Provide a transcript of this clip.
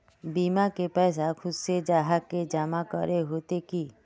बीमा के पैसा खुद से जाहा के जमा करे होते की?